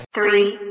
Three